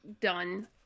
done